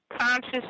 conscious